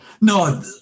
No